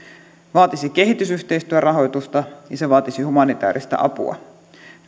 vaatisi kehitysyhteistyörahoitusta ja se vaatisi humanitääristä apua